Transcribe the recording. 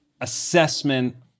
assessment